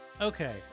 okay